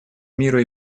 миру